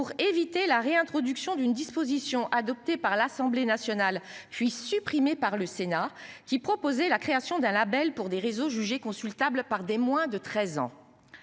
pour éviter la réintroduction d'une disposition adoptée par l'Assemblée nationale puis supprimée par le Sénat qui proposait la création d'un Label pour des réseaux jugés consultable par des moins de 13 ans.